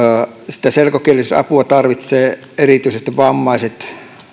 sitä selkokielisyysapua tarvitsevat erityisesti vammaiset